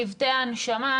צוותי ההנשמה.